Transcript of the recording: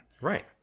Right